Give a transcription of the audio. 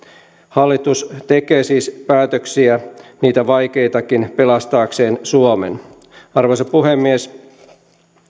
hallitus tekee siis päätöksiä niitä vaikeitakin pelastaakseen suomen arvoisa puhemies